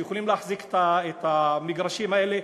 שיכולות להחזיק את המגרשים האלה,